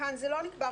וכאן זה לא נקבע.